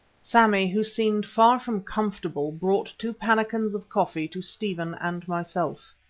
sammy, who seemed far from comfortable, brought two pannikins of coffee to stephen and myself.